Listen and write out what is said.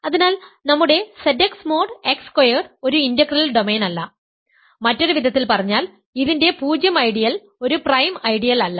അതിനാൽ നമ്മുടെ Z x mod x squared ഒരു ഇന്റഗ്രൽ ഡൊമെയ്ൻ അല്ല മറ്റൊരു വിധത്തിൽ പറഞ്ഞാൽ ഇതിന്റെ 0 ഐഡിയൽ ഒരു പ്രൈം ഐഡിയൽ അല്ല